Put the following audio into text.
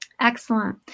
Excellent